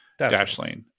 Dashlane